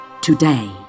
today